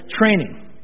training